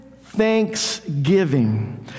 thanksgiving